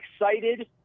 excited